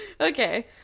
okay